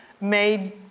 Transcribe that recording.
made